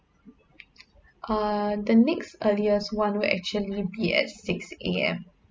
err the next earliest [one] will actually be at six A_M